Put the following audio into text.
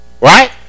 right